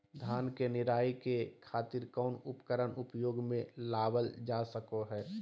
धान के निराई के खातिर कौन उपकरण उपयोग मे लावल जा सको हय?